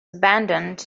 abandoned